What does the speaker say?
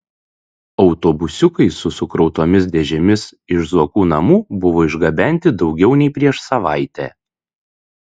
autobusiukai su sukrautomis dėžėmis iš zuokų namų buvo išgabenti daugiau nei prieš savaitę